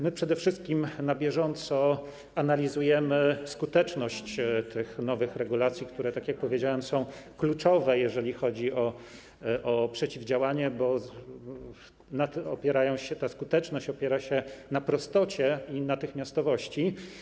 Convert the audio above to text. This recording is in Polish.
My przede wszystkim na bieżąco analizujemy skuteczność tych nowych regulacji, które, tak jak powiedziałem, są kluczowe, jeżeli chodzi o przeciwdziałanie, bo ta skuteczność opiera się na prostocie i natychmiastowości.